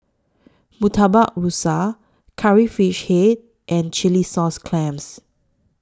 Murtabak Rusa Curry Fish Head and Chilli Sauce Clams